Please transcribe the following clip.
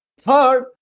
Third